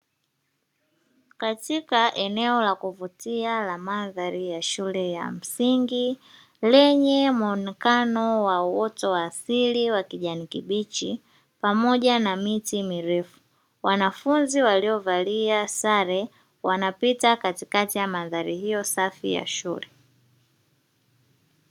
Katika eneo la kuvutia la mandhari ya shule ya msingi lenye mwonekano wa uoto wa asili wa kijani kibichi pamoja na miti mirefu, wanafunzi waliovalia sare wanapita katikati ya mandhari hiyo safi ya shule.